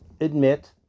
Admit